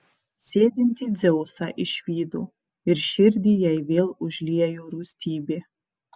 sėdintį dzeusą išvydo ir širdį jai vėl užliejo rūstybė